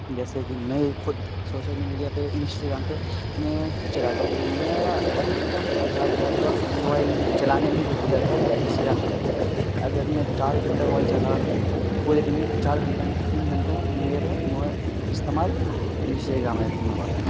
جیسے کہ میں خود سوسل میڈیا پہ انسٹاگرام پہ میں چلاتا ہوں میرا ادھکتم زیادہ سے زیادہ وقت موائل چلانے میں جو گزرتا ہے وہ انسٹاگرام پہ جاتا ہے اگر میں چار گھنٹہ موائل چلا رہا ہوں پورے دن میں چار گھنٹہ میں تین گھنٹہ میرا موبائل استعمال انسٹاگرام ایپ میں ہو رہا ہے